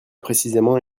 précisément